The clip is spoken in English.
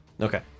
Okay